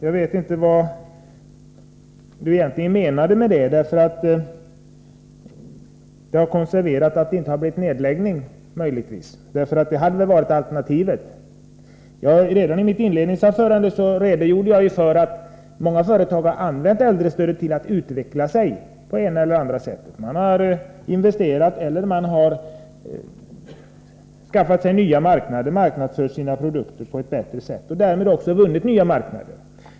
Jag vet inte vad hon egentligen menade med det. Stödet har möjligen ”konserverat” på så sätt att det inte blivit någon nedläggning, vilket hade varit alternativet. Redan i mitt inledningsanförande redogjorde jag för att många företag använt äldrestödet till att utveckla sig på det ena eller andra sättet. Man har investerat eller skaffat sig nya marknader — man har marknadsfört sina produkter på ett bättre sätt och därmed också vunnit nya marknader.